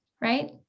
Right